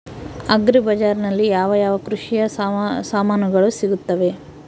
Agri ಬಜಾರಿನಲ್ಲಿ ಯಾವ ಯಾವ ಕೃಷಿಯ ಸಾಮಾನುಗಳು ಸಿಗುತ್ತವೆ?